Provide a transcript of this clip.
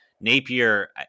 Napier